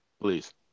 Please